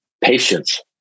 patience